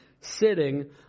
sitting